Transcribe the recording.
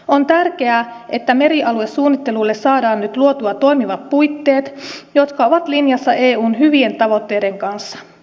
on tärkeää että merialuesuunnittelulle saadaan nyt luotua toimivat puitteet jotka ovat linjassa eun hyvien tavoitteiden kanssa